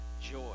joy